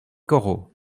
corot